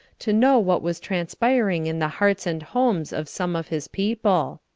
to know what was transpiring in the hearts and homes of some of his people!